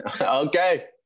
Okay